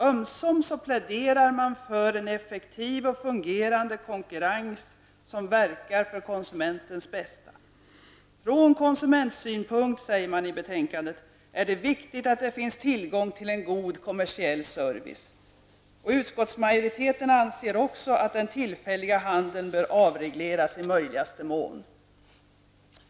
Ibland pläderar man för en effektiv och fungerande konkurrens som verkar för konsumenternas bästa. ''Från konsumentsynpunkt är det viktigt att det finns tillgång till en god kommersiell service.'' Utskottsmajoriteten anser också ''att den tillfälliga handeln bör avregleras i möjligaste mån.